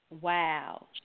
Wow